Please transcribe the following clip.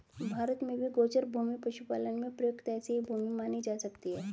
भारत में भी गोचर भूमि पशुपालन में प्रयुक्त ऐसी ही भूमि मानी जा सकती है